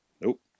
Nope